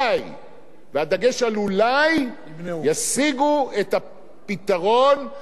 ישיגו את הפתרון או ימנעו את הצורך בשימוש בכוח.